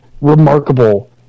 remarkable